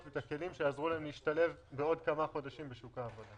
שיעזרו לה להשתלב בעוד כמה חודשים בשוק העבודה.